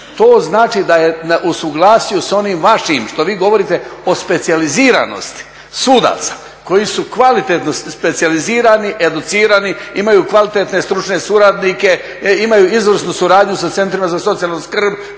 To znači da je usuglasio s onim vašim što vi govorite o specijaliziranosti sudaca koji su kvalitetno specijalizirani, educirani, imaju kvalitetne stručne suradnike, imaju izvrsnu suradnju sa centrima za socijalnu skrb,